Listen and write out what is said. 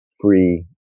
free